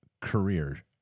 career